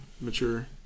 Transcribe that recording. mature